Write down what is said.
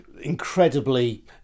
incredibly